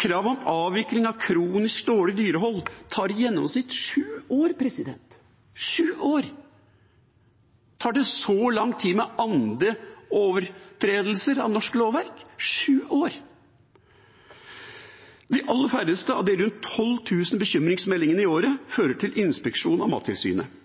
Kravet om avvikling av kronisk dårlig dyrehold tar i gjennomsnitt sju år – sju år. Tar det så lang tid med andre overtredelser av norsk lovverk – sju år? De aller færreste av de rundt 12 000 bekymringsmeldingene i året fører til inspeksjon av Mattilsynet.